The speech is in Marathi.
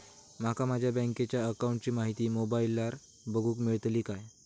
माका माझ्या बँकेच्या अकाऊंटची माहिती मोबाईलार बगुक मेळतली काय?